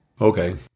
Okay